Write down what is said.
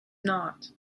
not